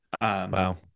Wow